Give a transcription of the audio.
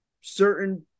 certain